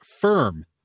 firm